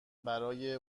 برای